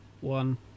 one